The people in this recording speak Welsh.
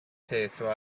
teithio